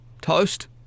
toast